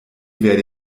werde